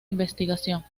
investigación